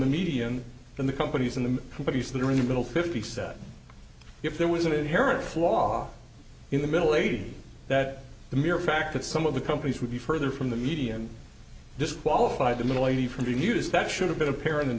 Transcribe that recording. the median than the companies in the companies that are in the middle fifty said if there was an inherent flaw in the middle aged that the mere fact that some of the companies would be further from the median disqualified than the lady from the news that should have been apparent in